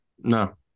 No